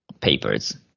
papers